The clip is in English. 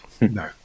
No